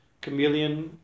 chameleon